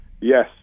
Yes